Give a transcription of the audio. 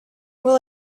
will